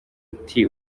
uti